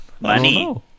Money